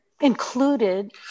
included